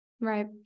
Right